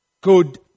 good